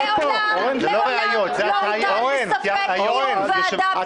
מעולם לא הוטל בספק קיום ועדה --- אנחנו